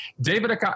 David